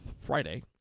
Friday